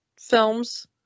films